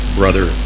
brother